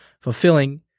fulfilling